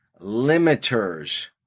Limiters